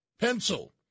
pencil